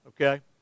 Okay